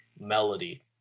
melody